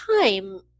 time